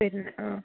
ആ